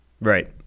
Right